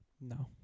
No